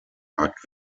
ragt